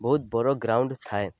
ବହୁତ ବଡ଼ ଗ୍ରାଉଣ୍ଡ ଥାଏ